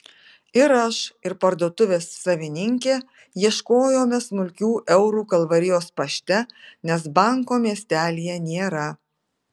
ir aš ir parduotuvės savininkė ieškojome smulkių eurų kalvarijos pašte nes banko miestelyje nėra